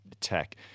tech